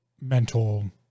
mental